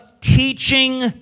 teaching